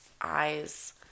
eyes